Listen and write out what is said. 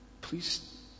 please